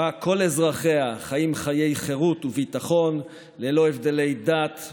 שבה כל אזרחיה חיים חיי חירות וביטחון ללא הבדלי דת,